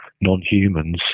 non-humans